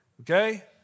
Okay